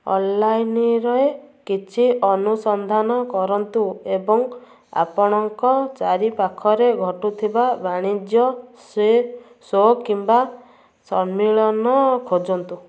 ଅନଲାଇନ୍ରେ କିଛି ଅନୁସନ୍ଧାନ କରନ୍ତୁ ଏବଂ ଆପଣଙ୍କ ଚାରିପାଖରେ ଘଟୁଥିବା ବାଣିଜ୍ୟ ଶୋ କିମ୍ବା ସମ୍ମିଳନ ଖୋଜନ୍ତୁ